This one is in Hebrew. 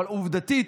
אבל עובדתית